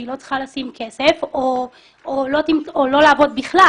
היא לא צריכה לשלם או לא לעבוד בכלל.